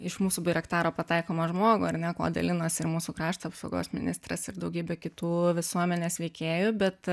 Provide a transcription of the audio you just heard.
iš mūsų bairaktaro pataikoma į žmogų ir tuo dalinosi ir mūsų krašto apsaugos ministras ir daugybė kitų visuomenės veikėjų bet